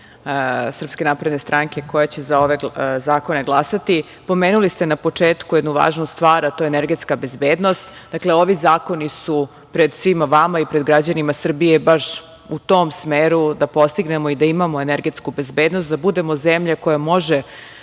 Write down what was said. grupi SNS koja će za ove zakone glasati. Pomenuli ste na početku jednu važnu stvar, a to je energetska bezbednost. Dakle, ovi zakoni su pred svima vama i pred građanima Srbije baš u tom smeru da postignemo i da imamo energetsku bezbednost, da budemo zemlja koja može